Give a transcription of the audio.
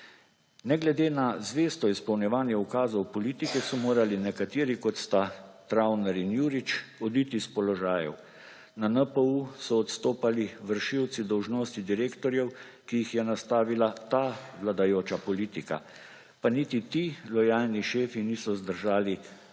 Ne glede na zvesto izpolnjevanje ukazov politike so morali nekateri, kot sta Travnar in Jurič, oditi s položajev. Na NPU so odstopali vršilci dolžnosti direktorjev, ki jih je nastavila ta vladajoča politika, pa niti ti lojalni šefi niso zdržali nevzdržnega